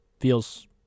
Feels